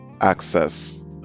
access